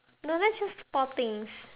no that's just four things